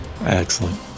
Excellent